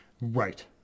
right